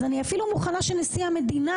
אז אני אפילו שנשיא המדינה,